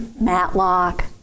Matlock